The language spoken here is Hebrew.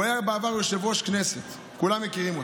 הוא היה בעבר יושב-ראש כנסת, כולם מכירים אותו.